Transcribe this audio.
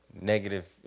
negative